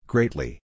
Greatly